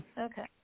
Okay